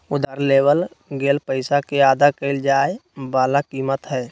उधार लेवल गेल पैसा के अदा कइल जाय वला कीमत हइ